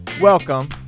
Welcome